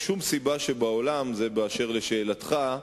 4. באשר לשאלתך,